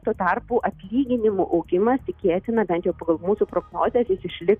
tuo tarpu atlyginimų augimas tikėtina bent jau pagal mūsų prognozes jis išliks